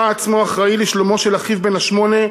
שראה עצמו אחראי לשלומו של אחיו בן השמונה,